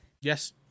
Yes